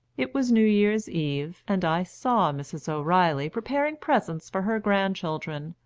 it was new year's eve, and i saw mrs. o'reilly preparing presents for her grandchildren,